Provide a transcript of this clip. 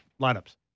lineups